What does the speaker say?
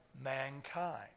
mankind